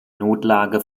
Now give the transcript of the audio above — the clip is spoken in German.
notlage